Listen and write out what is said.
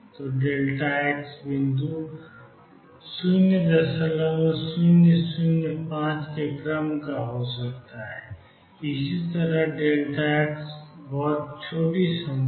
तो x बिंदु 0005 के क्रम का हो सकता है इसी तरह कुछ x बहुत छोटी संख्या